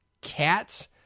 cats